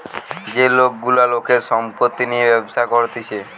যে লোক গুলা লোকের সম্পত্তি নিয়ে ব্যবসা করতিছে